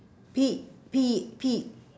P P P